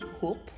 hope